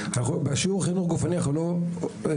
בשיעור חינוך גופני אנחנו לא מתיימרים